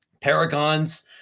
paragons